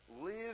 Live